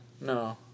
No